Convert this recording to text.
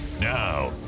Now